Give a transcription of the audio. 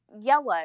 yellow